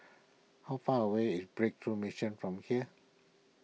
how far away is Breakthrough Mission from here